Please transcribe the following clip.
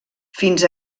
fins